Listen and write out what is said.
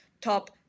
top